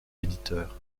éditeur